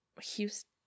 Houston